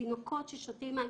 תינוקות ששותים.